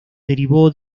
derivó